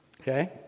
Okay